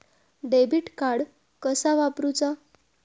Debit card कसा वापरुचा?